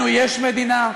לנו יש מדינה.